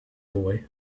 boy